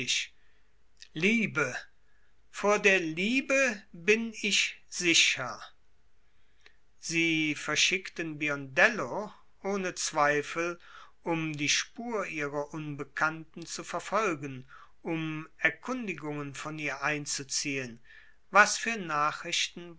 liebe vor der liebe bin ich sicher sie verschickten biondello ohne zweifel um die spur ihrer unbekannten zu verfolgen um erkundigungen von ihr einzuziehen was für nachrichten